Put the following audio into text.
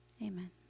amen